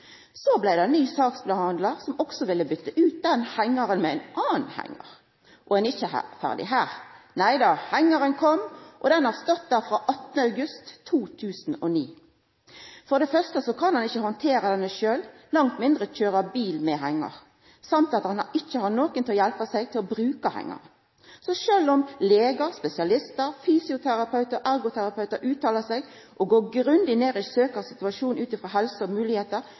Så kom det ein ny saksbehandlar, som òg ville bytta ut den hengaren med ein annan hengar. Og ein er ikkje ferdig her, nei då, hengaren kom, og han har stått der frå 18. august 2009. For det første kan han ikkje handtera hengaren sjølv, langt mindre køyra bil med han. I tillegg har han ikkje nokon til å hjelpa seg med å bruka hengaren. Sjølv om legar, spesialistar, fysioterapeutar og ergoterapeutar uttaler seg og går grundig inn i søkjarens situasjon ut frå helse og